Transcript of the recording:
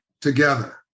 together